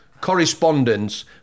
Correspondence